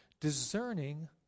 Discerning